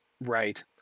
Right